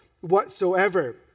whatsoever